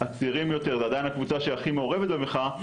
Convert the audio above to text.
הצעירים יותר זה עדיין הקבוצה שהכי מעורבת במחאה,